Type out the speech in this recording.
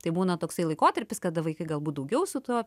tai būna toksai laikotarpis kada vaikai galbūt daugiau su tuo